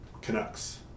Canucks